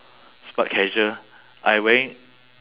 smart casual I wearing